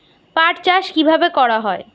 পাট চাষ কীভাবে করা হয়?